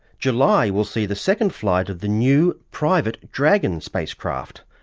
july will see the second flight of the new, private dragon spacecraft,